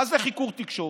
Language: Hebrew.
מה זה חיקור תקשורת?